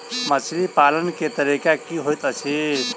मछली पालन केँ तरीका की होइत अछि?